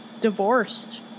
divorced